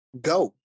go